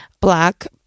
black